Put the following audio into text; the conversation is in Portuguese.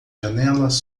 janelas